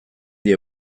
die